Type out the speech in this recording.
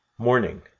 Morning